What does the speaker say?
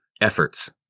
efforts